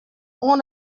oan